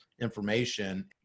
information